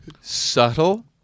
subtle